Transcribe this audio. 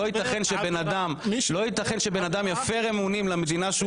לא יתכן שבן אדם יפר אמונים למדינה שהוא